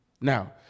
Now